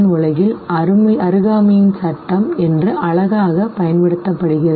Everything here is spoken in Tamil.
உலகில் அருகாமையின் சட்டம் என்று அழகாகப் பயன்படுத்தப்படுகிறது